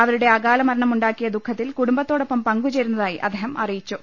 അവരുടെ അകാലമരണമുണ്ടാക്കിയ ദുഃഖത്തിൽ കുടുംബത്തോടൊപ്പം പങ്കുചേരുന്നതായി അദ്ദേഹം അറിയിച്ചു